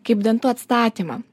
kaip dantų atstatymą